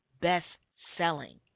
best-selling